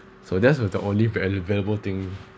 so that's uh the only vail~ available thing